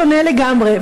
שונה לגמרי.